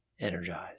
energized